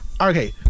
okay